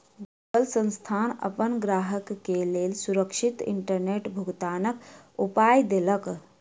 Google संस्थान अपन ग्राहक के लेल सुरक्षित इंटरनेट भुगतनाक उपाय देलक